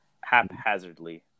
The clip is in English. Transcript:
Haphazardly